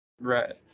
Right